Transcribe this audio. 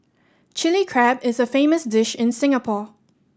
Chilli Crab is a famous dish in Singapore